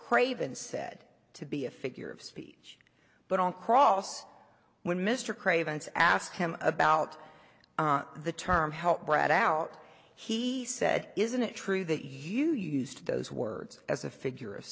craven said to be a figure of speech but on cross when mr craven's asked him about the term help brad out he said isn't it true that you used those words as a figure of